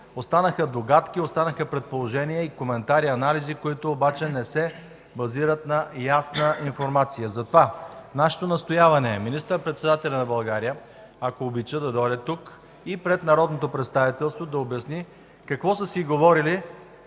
Останаха догадки, останаха предположения, коментари и анализи, които обаче не се базират на ясна информация. Затова нашето настояване е министър-председателят на България, ако обича, да дойде тук и пред народното представителство да обясни какво са си говорили